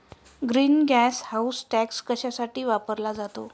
Green gas house tax कशासाठी वापरला जातो?